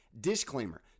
disclaimer